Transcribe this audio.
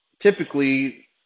typically